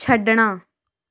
ਛੱਡਣਾ